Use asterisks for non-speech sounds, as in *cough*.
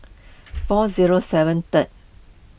*noise* four zero seven third